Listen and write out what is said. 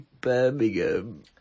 Birmingham